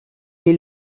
est